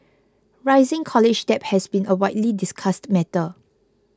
rising college debt has been a widely discussed matter